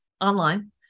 online